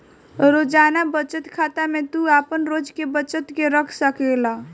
रोजाना बचत खाता में तू आपन रोज के बचत के रख सकेला